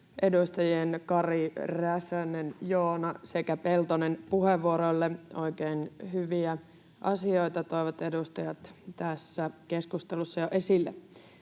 edustajien Kari, Räsänen Joona sekä Peltonen puheenvuoroille. Oikein hyviä asioita toivat edustajat tässä keskustelussa jo esille.